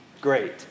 great